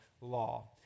law